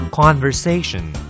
conversation